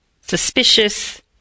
suspicious